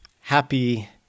happy